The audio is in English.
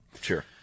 Sure